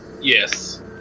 Yes